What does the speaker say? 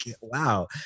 wow